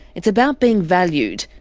it's about being valued,